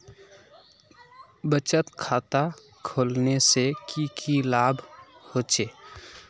बचत खाता खोलने से की की लाभ होचे?